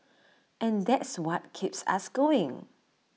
and that's what keeps us going